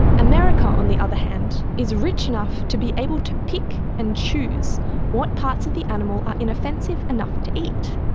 america, on the other hand, is rich enough to be able to pick and choose what parts of the animal are inoffensive enough to eat,